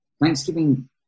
Thanksgiving